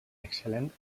excel·lent